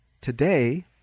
Today